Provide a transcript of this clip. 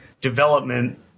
development